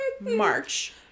March